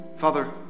Father